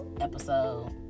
episode